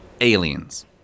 Aliens